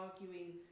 arguing